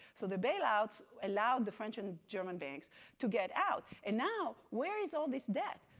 so the bailouts allowed the french and german banks to get out. and now where is all this debt,